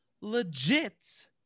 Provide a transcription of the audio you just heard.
legit